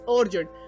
urgent